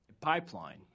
pipeline